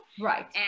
Right